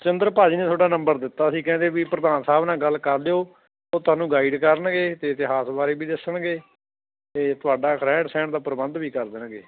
ਸਤਿੰਦਰ ਭਾਜੀ ਨੇ ਤੁਹਾਡਾ ਨੰਬਰ ਦਿੱਤਾ ਸੀ ਕਹਿੰਦੇ ਵੀ ਪ੍ਰਧਾਨ ਸਾਹਿਬ ਨਾਲ ਗੱਲ ਕਰ ਲਿਓ ਉਹ ਤੁਹਾਨੂੰ ਗਾਈਡ ਕਰਨਗੇ ਅਤੇ ਇਤਿਹਾਸ ਬਾਰੇ ਵੀ ਦੱਸਣਗੇ ਅਤੇ ਤੁਹਾਡਾ ਰਹਿਣ ਸਹਿਣ ਦਾ ਪ੍ਰਬੰਧ ਵੀ ਕਰ ਦੇਣਗੇ